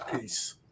Peace